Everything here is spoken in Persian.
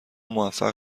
موفق